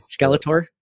skeletor